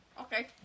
Okay